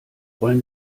wollen